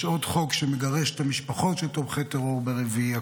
יש עוד חוק שמגרש את המשפחות של תומכי טרור ברביעי,